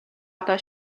одоо